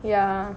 ya